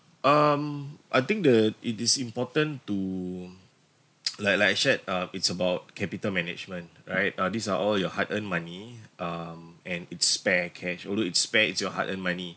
um I think the it is important to like like I shared uh it's about capital management right uh these are all your hard earned money um and it's spare cash although it's spare it's your hard-earned money